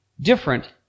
different